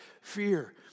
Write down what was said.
fear